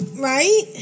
right